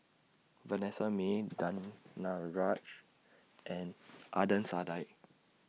Vanessa Mae Danaraj and Adnan Saidi